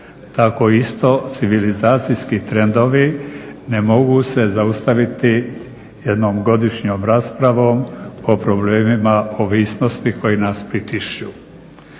Tako isto civilizacijski trendovi ne mogu se zaustaviti jednom godišnjom raspravom o problemima ovisnosti koji nas pritišću.